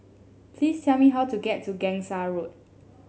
please tell me how to get to Gangsa Road